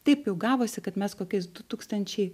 taip jau gavosi kad mes kokiais du tūkstančiai